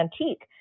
antique